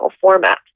format